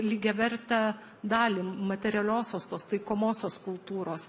lygiavertę dalį materialiosios tos taikomosios kultūros